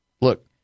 Look